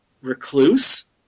recluse